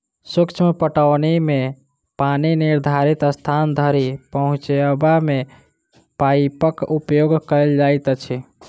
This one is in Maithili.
सूक्ष्म पटौनी मे पानि निर्धारित स्थान धरि पहुँचयबा मे पाइपक उपयोग कयल जाइत अछि